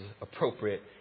appropriate